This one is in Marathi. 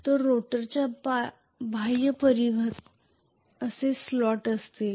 तर रोटरच्या बाह्य परिघात असे स्लॉट असतील